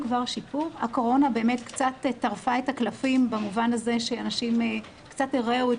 הקורונה קצת תרפה את הקלפים במובן הזה שאנשים קצת הרעו את